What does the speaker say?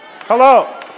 Hello